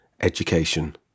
education